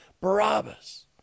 Barabbas